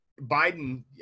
Biden